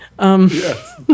Yes